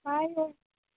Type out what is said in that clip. hello